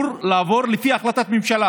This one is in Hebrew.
שהיו אמורים לעבור לפי החלטת ממשלה